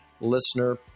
listener